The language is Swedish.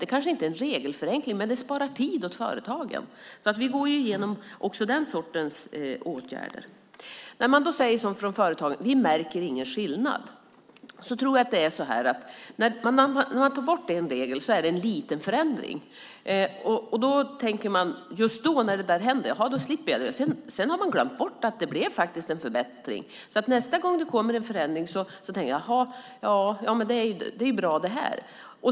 Det är kanske inte en regelförenkling, men det sparar tid åt företagen. Därför går vi igenom också den sortens åtgärder. När företagen säger att de inte märker någon skillnad tror jag att det är så här: När man tar bort en regel är det en liten förändring. Just när det händer tänker de: Jaha, då slipper jag det. Sedan har de glömt bort att det faktiskt blev en förbättring. Nästa gång det kommer en förändring tänker de: Det här är ju bra.